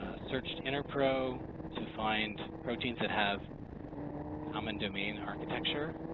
searched interpro to find proteins that have common domain architecture,